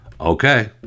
Okay